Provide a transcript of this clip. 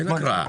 אין הקראה.